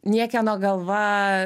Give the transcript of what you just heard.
niekieno galva